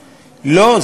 לא.